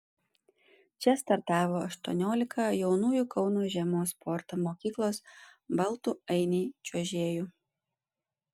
čia startavo aštuoniolika jaunųjų kauno žiemos sporto mokyklos baltų ainiai čiuožėjų